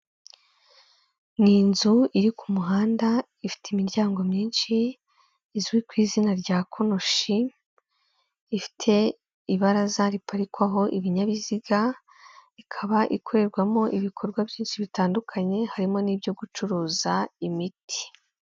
Ni inzu iri ku muhanda ifite imiryango myinshi, izwi ku izina rya konoshi, ifite ibaraza riparikwaho ibinyabiziga, ikaba ikorerwamo ibikorwa byinshi bitandukanye harimo n'ibyo gucuruza imiti.